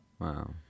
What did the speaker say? Wow